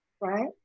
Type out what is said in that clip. right